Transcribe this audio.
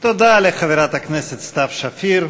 תודה לחברת הכנסת סתיו שפיר.